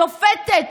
שופטת,